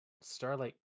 Starlight